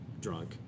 drunk